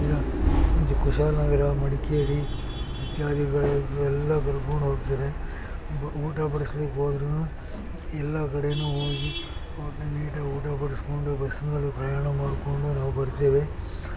ಈಗ ಕುಶಾಲ ನಗರ ಮಡಿಕೇರಿ ಇತ್ಯಾದಿಗಳು ಎಲ್ಲ ಕರ್ಕೊಂಡು ಹೋಗ್ತಾರೆ ಊಟ ಬಡ್ಸ್ಲಿಕ್ಕೆ ಹೋದ್ರೂ ಎಲ್ಲ ಕಡೆಯೂ ಹೋಗಿ ನೀಟಾಗಿ ಊಟ ಬಡಿಸ್ಕೊಂಡು ಬಸ್ಸಿನಲ್ಲಿ ಪ್ರಯಾಣ ಮಾಡಿಕೊಂಡು ನಾವು ಬರ್ತೇವೆ